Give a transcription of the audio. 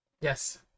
Yes